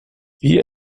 wie